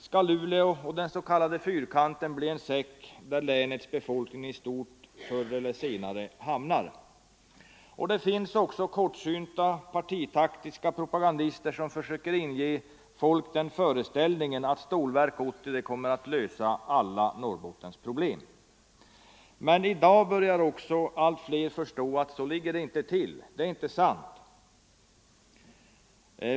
Skall Luleå och den s.k. Fyrkanten bli en säck, där länets befolkning i stort förr eller senare hamnar? Det finns också kortsynta, partitaktiska propagandister som försöker inge folk den föreställningen att Stålverk 80 kommer att lösa alla Norrbottens problem. I dag börjar emellertid de flesta förstå att så ligger det inte till. Det är inte sant!